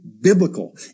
biblical